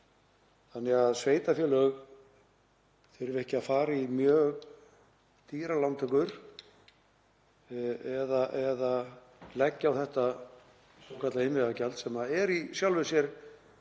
þannig að sveitarfélög þurfi ekki að fara í mjög dýrar lántökur eða leggja á þetta svokallaða innviðagjald? Það er í sjálfu sér